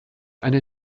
eine